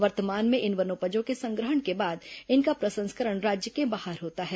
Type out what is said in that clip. वर्तमान में इन वनोपजों के संग्रहण के बाद इनका प्रसंस्करण राज्य के बाहर होता है